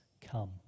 come